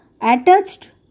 attached